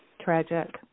Tragic